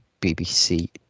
BBC